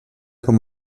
com